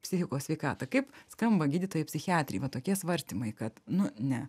psichikos sveikatą kaip skamba gydytojai psichiatrei va tokie svarstymai kad nu ne